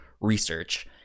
research